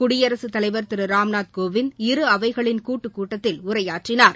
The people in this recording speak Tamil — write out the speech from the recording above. குடியரசுத் தலைவர் திரு ராம்நாத் கோவிந்த் இரு அவைகளின் கூட்டுக் கூட்டத்தில் உரையாற்றினார்